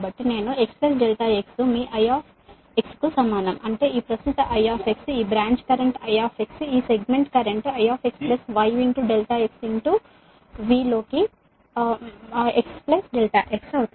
కాబట్టి నేను x ∆x మీ I కు సమానం అంటే ఈ ప్రస్తుత I ఈ బ్రాంచ్ కరెంట్ I ఈ segment current I y ∆x V లోకి x ∆x